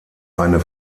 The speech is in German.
eine